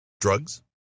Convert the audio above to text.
Drugs